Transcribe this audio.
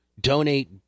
donate